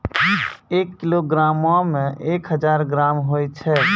एक किलोग्रामो मे एक हजार ग्राम होय छै